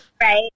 Right